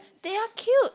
they are cute